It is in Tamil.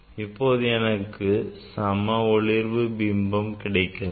இப்போது எனக்கு சம ஒளிர்வு பிம்பம் கிடைக்கிறது